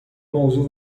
موضوع